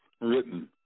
written